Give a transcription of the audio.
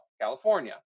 california